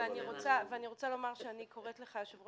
אבל אני רוצה לומר שאני קוראת לך יו"ר